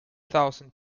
thousand